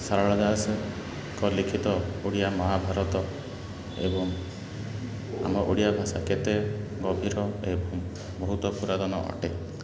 ସାରଳା ଦାସଙ୍କ ଲିଖିତ ଓଡ଼ିଆ ମହାଭାରତ ଏବଂ ଆମ ଓଡ଼ିଆ ଭାଷା କେତେ ଗଭୀର ଏବଂ ବହୁତ ପୁରାତନ ଅଟେ